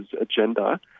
agenda